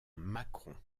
macron